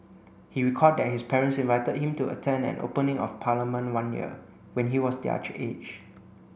he recalled that his parents invited him to attend an opening of Parliament one year when he was their age